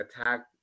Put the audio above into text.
attack